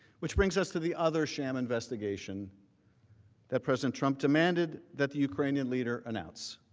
which brings us to the other sham investigation that president trump demanded that the ukrainian leader announce.